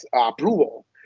approval